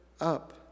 up